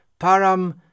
Param